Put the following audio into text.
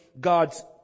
God's